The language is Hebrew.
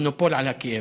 מונופול על הכאב.